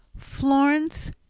Florence